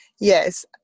Yes